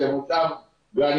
זה גן יאשיה,